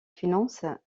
finance